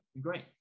great